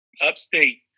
upstate